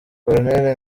corneille